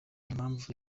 impamvu